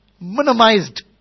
minimized